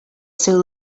seu